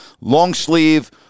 long-sleeve